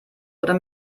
oder